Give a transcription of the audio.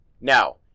Now